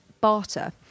barter